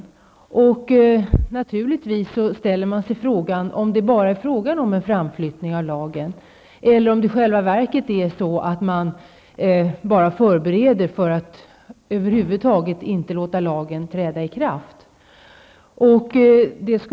Jag ställer mig naturligtvis frågan, om det bara gäller en framflyttning av lagen eller om det i själva verket är så att man förbereder för att inte låta lagen träda i kraft över huvud taget.